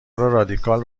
رادیکال